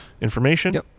information